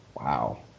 Wow